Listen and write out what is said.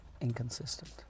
inconsistent